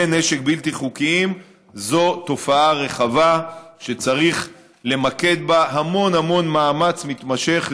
כלי נשק בלתי חוקיים זו תופעה רחבה שצריך למקד בה המון המון מאמץ מתמשך